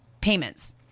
payments